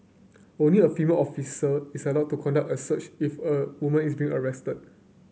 only a female officer is allowed to conduct a search if a woman is being arrested